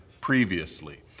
previously